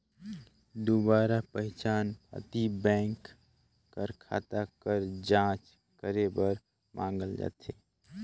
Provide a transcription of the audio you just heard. दुबारा पहिचान पाती बेंक कर खाता कर जांच करे बर मांगल जाथे